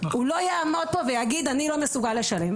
הוא לא יעמוד פה ויגיד אני לא מסוגל לשלם.